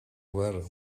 were